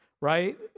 right